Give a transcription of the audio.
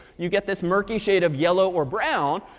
you get this murky shade of yellow or brown.